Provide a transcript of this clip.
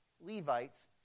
Levites